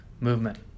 movement